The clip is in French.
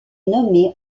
nommé